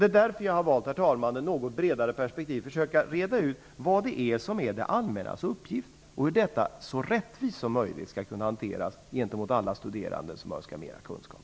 Det är därför jag har valt att i ett något bredare perspektiv försöka reda ut vad det allmännas uppgift är och hur den skall kunna hanteras så rättvist som möjligt gentemot alla studerande som önskar mera kunskap.